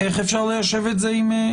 איך אפשר ליישב את זה עם וכולי.